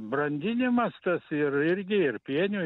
brandinimas tas ir irgi ir pienių